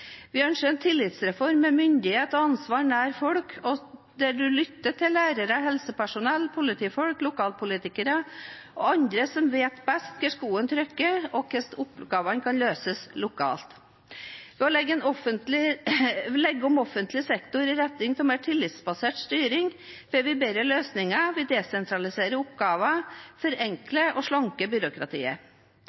selv ønsker. Vi ønsker en tillitsreform med myndighet og ansvar nær folk, der en lytter til lærere, helsepersonell, politifolk, lokalpolitikere og andre som vet best hvor skoen trykker, og hvordan oppgavene kan løses lokalt. Ved å legge om offentlig sektor i retning av mer tillitsbasert styring får vi bedre løsninger, vi desentraliserer oppgaver, forenkler og slanker byråkratiet. Utviklingen av kommunesektoren er viktig for å opprettholde spredt bosetting og